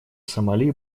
сомали